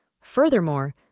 Furthermore